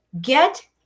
get